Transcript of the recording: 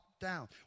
down